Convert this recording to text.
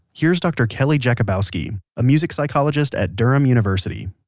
here's dr. kelly jakubowski, a music psychologist at durham university.